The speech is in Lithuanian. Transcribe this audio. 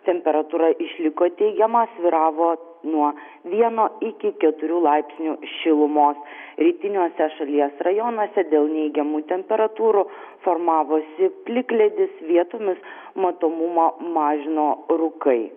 temperatūra išliko teigiama svyravo nuo vieno iki keturių laipsnių šilumos rytiniuose šalies rajonuose dėl neigiamų temperatūrų formavosi plikledis vietomis matomumą mažino rūkai